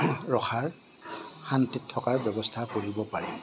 ৰখাৰ সমাজত শান্তিত থকাৰ ব্যৱস্থা কৰিব পাৰিম